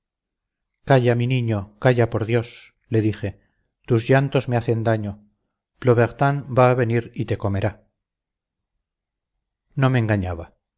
calla mi niño calla por dios le dije tus llantos me hacen daño plobertin va a venir y te comerá no me engañaba